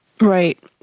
Right